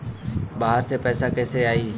बाहर से पैसा कैसे आई?